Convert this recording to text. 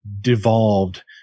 devolved